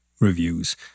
reviews